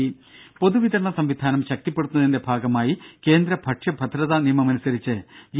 ദ്ദേ പൊതുവിതരണ സംവിധാനം ശക്തിപ്പെടുത്തുന്നതിന്റെ ഭാഗമായി കേന്ദ്ര ഭക്ഷ്യഭദ്രതാ നിയമമനുസരിച്ച് ജി